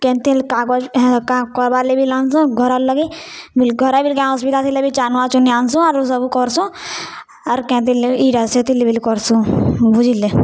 କେନ୍ତି ହେଲେ କାଗଜ କର୍ବାର୍ଲାଗି ବି ଆନ୍ସନ୍ ଘରର୍ ଲାଗି ଘରେ ବି କାଇଁ ଅସୁବିଧା ଥିଲେ ବି ଚାନୁଆ ଚୁନି ଆନ୍ସୁଁ ଆରୁ ସବୁ କର୍ସୁଁ ଆର୍ କେଁ ଥିର୍ ଲାଗି ଇଟା ସେଥିର୍ ଲାଗି ବି କର୍ସୁଁ ବୁଝିଲେ